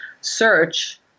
search